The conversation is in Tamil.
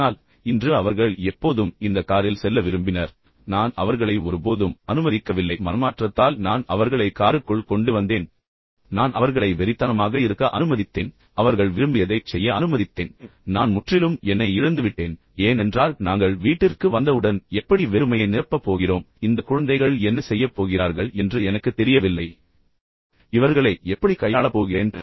ஆனால் இன்று அவர்கள் எப்போதும் இந்த காரில் செல்ல விரும்பினர் நான் அவர்களை ஒருபோதும் அனுமதிக்கவில்லை மனமாற்றத்தால் நான் அவர்களை காருக்குள் கொண்டு வந்தேன் நான் அவர்களை வெறித்தனமாக இருக்க அனுமதித்தேன் அவர்கள் விரும்பியதைச் செய்ய அனுமதித்தேன் நான் முற்றிலும் என்னை இழந்துவிட்டேன் ஏனென்றால் நாங்கள் வீட்டிற்கு வந்தவுடன் எப்படி வெறுமையை நிரப்பப் போகிறோம் இந்த குழந்தைகள் என்ன செய்யப் போகிறார்கள் என்று எனக்குத் தெரியவில்லை இந்தக் குழந்தைகளை நான் எப்படிக் கையாளப் போகிறேன்